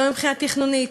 לא מבחינה תכנונית.